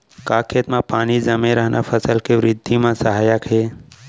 का खेत म पानी जमे रहना फसल के वृद्धि म सहायक हे?